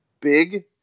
big